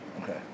Okay